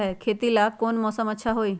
खेती ला कौन मौसम अच्छा होई?